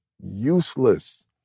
Useless